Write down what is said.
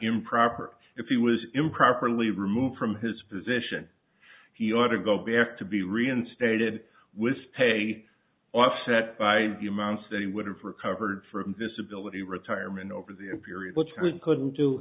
improper if he was improperly removed from his position he ought to go back to be reinstated with pay offset by the amount that he would have recovered from disability retirement over the imperial term couldn't do